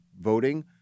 voting